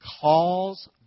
calls